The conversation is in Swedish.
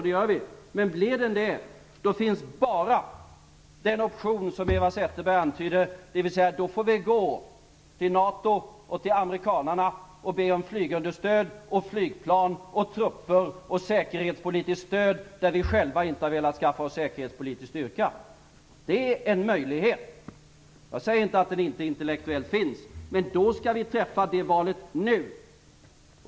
Men om den blir annorlunda finns bara den option som Eva Zetterberg antydde, dvs. då får vi gå till NATO och till amerikanarna och be om flygunderstöd, flygplan, trupper och säkerhetspolitiskt stöd där vi själva inte har velat skaffa oss säkerhetspolitisk styrka. Det är en möjlighet. Jag säger inte att den inte finns rent intellektuellt. Men i så fall måste vi träffa det valet nu.